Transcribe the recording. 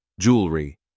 jewelry